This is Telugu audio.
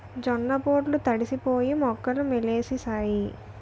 జొన్న పొట్లు తడిసిపోయి మొక్కలు మొలిసేసాయి